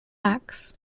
acts